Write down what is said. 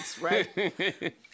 right